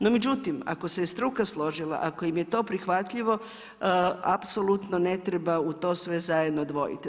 No međutim, ako se struka složila, ako im je to prihvatljivo, apsolutno ne treba u to sve zajedno dvojiti.